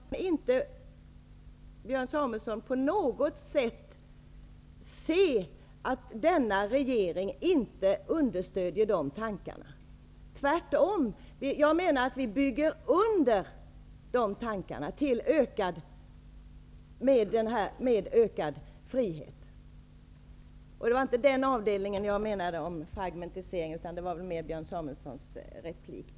Herr talman! Det angår oss verkligen. Jag kan inte på något sett se, Björn Samuelson, att denna regering inte stöder de tankarna. Jag menar tvärtom att vi underbygger dessa tankar om ökad frihet. Det var inte den avdelningen jag menade när jag talade om fragmentisering, utan jag avsåg mer det Björn Samuelson sade i sin replik.